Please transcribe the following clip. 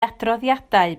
adroddiadau